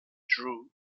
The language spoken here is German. drew